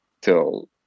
till